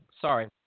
Sorry